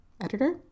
editor